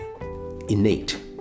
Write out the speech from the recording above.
innate